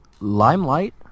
Limelight